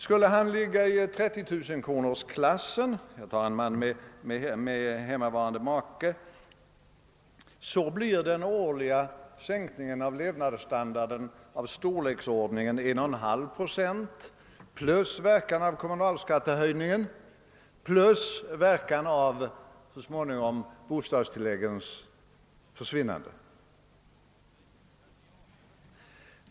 Skulle han ligga i 30 000-kronorsklassen — jag talar om en man med hemmavarande maka — blir den årliga sänkningen av levnadsstandarden av storleken 1,5 procent plus verkan av kommunalskattehöjningen plus, så småningom, verkan av bostadstilläggets försvinnande.